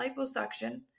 liposuction